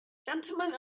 gentlemen